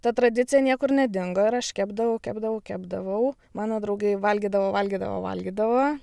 ta tradicija niekur nedingo ir aš kepdavau kepdavau kepdavau mano draugai valgydavo valgydavo valgydavo